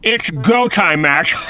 it's go time max!